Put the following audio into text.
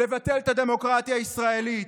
לבטל את הדמוקרטיה הישראלית,